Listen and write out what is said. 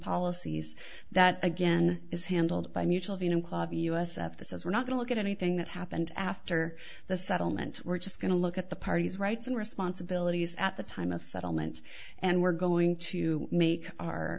policies that again is handled by mutual venum klov us of this is we're not to look at anything that happened after the settlement we're just going to look at the parties rights and responsibilities at the time of settlement and we're going to make our